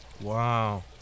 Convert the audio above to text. Wow